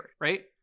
right